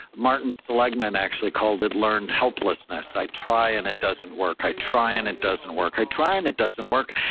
martin seligman actually called it learned helplessness. helplessness. i try, and it doesn't work i try and it doesn't work. i try, and it doesn't work.